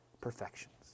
perfections